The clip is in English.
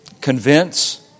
Convince